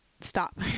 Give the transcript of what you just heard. stop